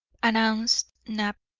announced knapp.